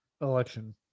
election